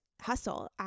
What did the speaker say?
hustle